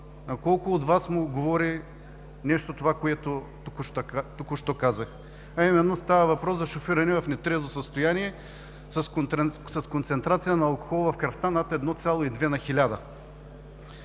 колко от Вас му говори нещо това, което току-що казах? А именно става въпрос за шофиране в нетрезво състояние с концентрация на алкохол в кръвта над 1,2 на хиляда.